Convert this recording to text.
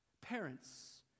parents